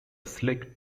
slick